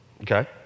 Okay